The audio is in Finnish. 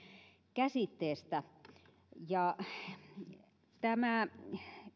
käsitteestä tämä